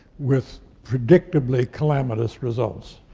with predictably calamitous results.